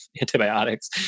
antibiotics